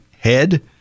head